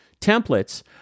templates